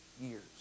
years